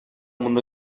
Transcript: اونو